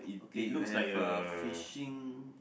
okay you have a fishing